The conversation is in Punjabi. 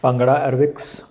ਭੰਗੜਾ ਐਰੋਬਿਕਸ